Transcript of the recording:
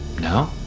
No